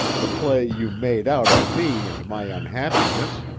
the play you made out of me and my unhappiness,